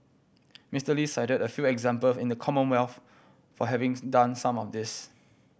Mister Lee cited a few example in the Commonwealth for having's done some of this